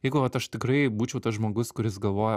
jeigu vat aš tikrai būčiau tas žmogus kuris galvoja